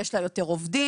יש לה יותר עובדים,